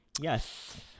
Yes